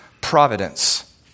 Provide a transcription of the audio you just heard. providence